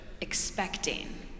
expecting